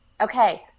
Okay